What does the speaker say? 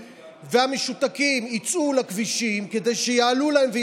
והמשותקים יצאו לכבישים כדי שיעלו להם.